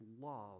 love